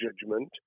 judgment